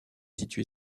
située